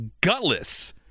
gutless